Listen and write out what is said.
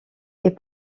est